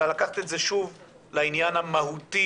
אלא לקחת את זה לעניין המהותי.